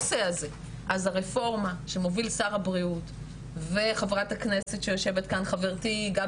יש חוזר מנכ"ל כללי של משרד הבריאות שמדבר על